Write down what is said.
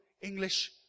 English